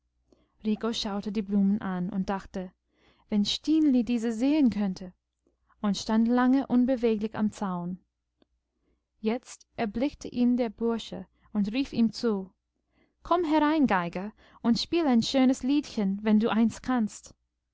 schaute die blumen an und dachte wenn stineli diese sehen könnte und stand lange unbeweglich am zaun jetzt erblickte ihn der bursche und rief ihm zu komm herein geiger und spiel ein schönes liedchen wenn du eins kannst